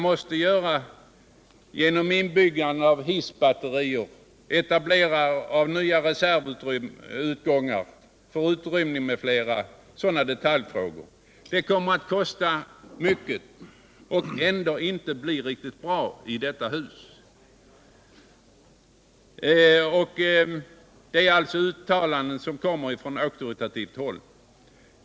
Härtill behövs inbyggande av hissbatterier och etablering av nya reservutgångar för utrymning, m.fl. detaljer, vilket kommer att kosta mycket och ändå inte blir riktigt bra i detta hus. Detta är alltså ett uttalande från auktoritativt håll.